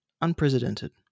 unprecedented